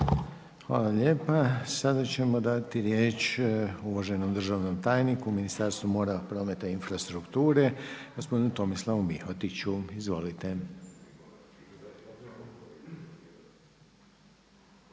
Hvala lijepa. Sada ćemo dati riječ uvaženom državnom tajniku u Ministarstvu mora, prometa i infrastrukture gospodinu Tomislavu Mihotiću. Izvolite.